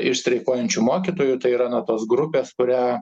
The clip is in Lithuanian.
iš streikuojančių mokytojų tai yra na tos grupės kurią